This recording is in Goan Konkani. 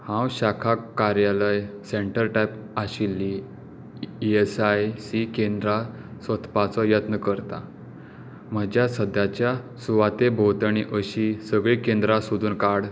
हांव शाखा कार्यालय सेंटर टायप आशिल्लीं ई एस आय सी केंद्रां सोदपाचो यत्न करता म्हज्या सद्याच्या सुवाते भोंवतणी अशीं सगळीं केंद्रां सोदून काड